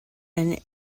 and